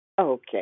Okay